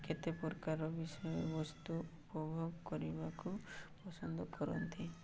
କେତେପ୍ରକାର ବିଷୟବସ୍ତୁ ଉପଭୋଗ କରିବାକୁ ପସନ୍ଦ କରନ୍ତି